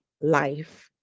life